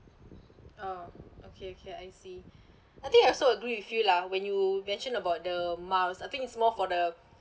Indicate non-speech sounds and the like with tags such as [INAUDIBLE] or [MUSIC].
oh okay okay I see [BREATH] I think I also agree with you lah when you mention about the miles I think it's more for the